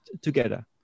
together